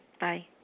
Bye